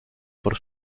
por